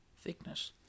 Thickness